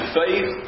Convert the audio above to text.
faith